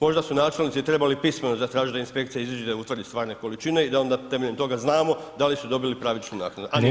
Možda su načelnici trebali pismeno zatražiti da inspekcija iziđe, da utvrdi stvarne količine i da onda temeljem toga znamo da li su dobili pravičnu naknadu a nisu dobili.